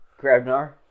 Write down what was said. Grabnar